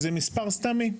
זה מספר סתמי.